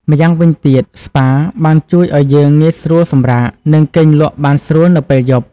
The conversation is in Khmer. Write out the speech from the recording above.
ម្យ៉ាងវិញទៀត ស្ប៉ាបានជួយឱ្យយើងងាយស្រួលសម្រាក និងគេងលក់បានស្រួលនៅពេលយប់។